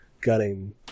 gutting